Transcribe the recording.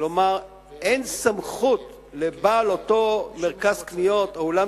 כלומר אין לבעל אותו מרכז קניות או אולם